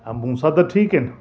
हा मूंसां त ठीकु आहिनि